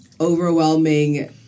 overwhelming